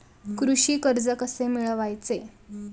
कृषी कर्ज कसे मिळवायचे?